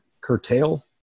curtail